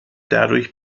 dadurch